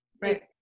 Right